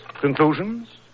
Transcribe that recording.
Conclusions